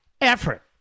effort